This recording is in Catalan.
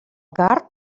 card